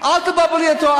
אולי, אל תבלבלי את הראש עכשיו.